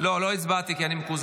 --- לא הצבעתי כי אני מקוזז.